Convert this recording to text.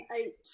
eight